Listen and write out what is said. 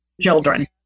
children